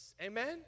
amen